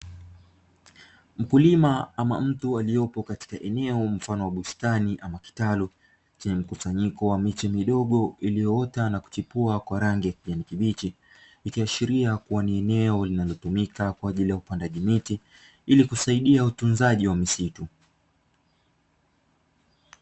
Mkulima ama mtu aliopo katika eneo mfano wa bustani ama kitalu chenye mkusanyiko wa miche midogo iliyoota na kuchipua kwa rangi ya kijani kibichi, ikiashiria kuwa ni eneo linalotumika kwa ajili ya upandaji miti ili kusaidia utunzaji wa misitu.